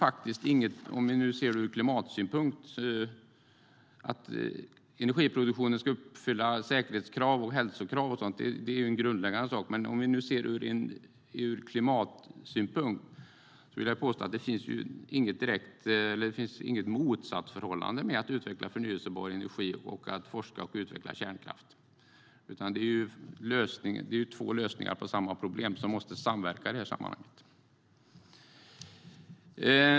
Att energiproduktionen ska uppfylla säkerhetskrav och hälsokrav är en grundläggande sak, men ur klimatsynpunkt finns det inget motsatsförhållande mellan att utveckla förnybar energi och att forska om och utveckla kärnkraft. Det är två lösningar på samma problem som måste samverka.